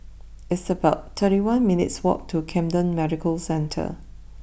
it's about thirty one minutes' walk to Camden Medical Centre